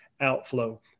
outflow